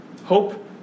hope